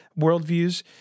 worldviews